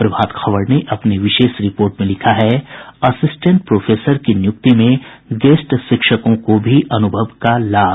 प्रभात खबर ने अपनी विशेष रिपोर्ट में लिखा है असिस्टेंट प्रोफेसर की नियुक्ति में गेस्ट शिक्षकों को भी अनुभव का लाभ